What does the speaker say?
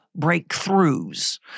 breakthroughs